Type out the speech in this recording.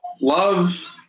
love